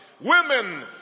Women